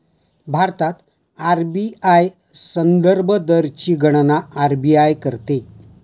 भारतात आर.बी.आय संदर्भ दरची गणना आर.बी.आय करते